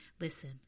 Listen